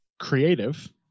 creative